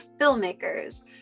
filmmakers